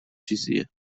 چیزیه